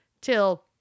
till